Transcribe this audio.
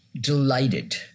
delighted